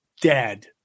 dead